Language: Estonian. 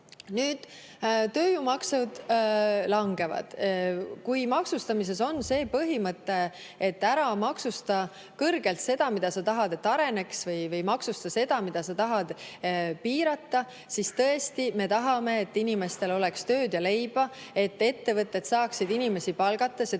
asju. Tööjõumaksud langevad. Kui maksustamises on see põhimõte, et ära maksusta kõrgelt seda, mille puhul sa tahad, et see areneks, ning maksusta seda, mida sa tahad piirata, siis tõesti me tahame, et inimestel oleks tööd ja leiba ja et ettevõtted saaksid inimesi palgata. See